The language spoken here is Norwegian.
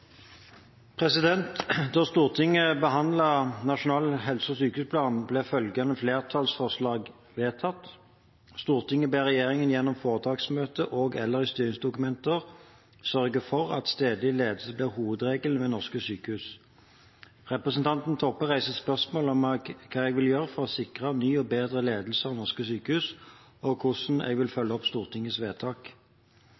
Da Stortinget behandlet Nasjonal helse- og sykehusplan, ble følgende flertallsforslag vedtatt: «Stortinget ber regjeringen gjennom foretaksmøtet og/eller styringsdokumenter sørge for at stedlig ledelse blir hovedregelen ved norske sykehus.» Representanten Toppe reiser spørsmålet om hva jeg vil gjøre for å sikre ny og bedre ledelse av norske sykehus, og hvordan jeg vil